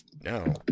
No